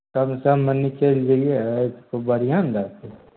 कम सममे निकलि गेलियै खूब बढ़िआँ ने रहतै